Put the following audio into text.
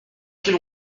qu’il